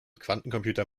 quantencomputer